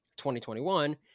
2021